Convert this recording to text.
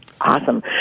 Awesome